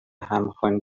همخوانی